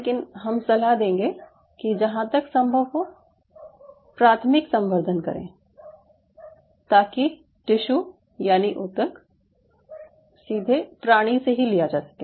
लेकिन हम सलाह देंगे कि जहाँ तक संभव हो प्राथमिक संवर्धन करें ताकि टिश्यू यानि ऊतक सीधे प्राणी से ही लिया जा सके